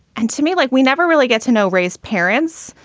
and to me, like we never really get to know ray's parents.